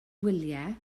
wyliau